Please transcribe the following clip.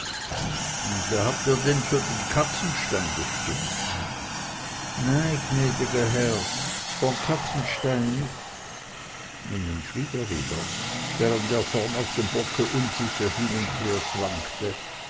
da habt ihr denn für den katzenstein gestimmt nei gnäd'ger herr för katzenstein nich und nun schwieg er wieder während er vorn auf dem bock unsicher hin und her schwankte